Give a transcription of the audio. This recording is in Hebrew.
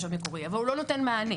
אבל הוא לא נותן מענה.